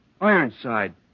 Ironside